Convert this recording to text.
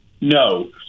No